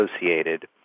associated